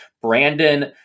Brandon